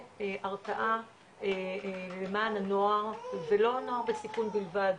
והרתעה למען הנוער ולא נוער בסיכון בלבד,